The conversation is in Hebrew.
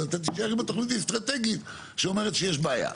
אז אתה תישאר עם התוכנית האסטרטגית שאומרת שיש בעיה.